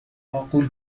معقول